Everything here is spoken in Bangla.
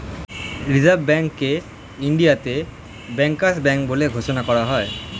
রিসার্ভ ব্যাঙ্ককে ইন্ডিয়াতে ব্যাংকার্স ব্যাঙ্ক বলে ঘোষণা করা হয়